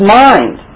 mind